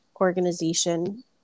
Organization